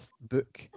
book